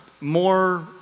more